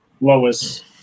Lois